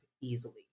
easily